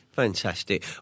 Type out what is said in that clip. Fantastic